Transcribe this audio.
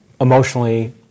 emotionally